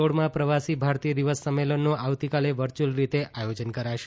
સોળમાં પ્રવાસી ભારતીય દિવસ સંમેલનનું આવતીકાલે વરર્યુઅલ રીતે આયોજન કરાશે